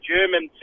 German